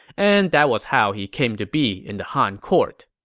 and that was how he came to be in the han court.